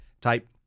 type